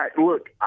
look